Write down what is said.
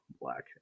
Black